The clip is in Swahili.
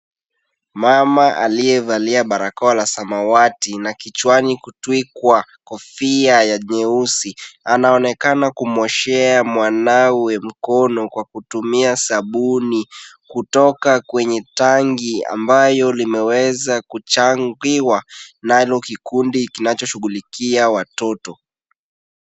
Mama aliyevalia barakoa la samawati na kichwani kutwikwa kofia ya nyeusi, anaonekana kumwoshea mwanawe mkono kwa kutumia sabuni kutoka kwenye tangi ambayo limeweza kuchangiwa nalo kikundi kinachoshughulikia watoto.